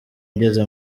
ngeze